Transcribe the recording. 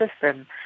system